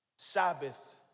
Sabbath